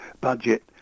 budget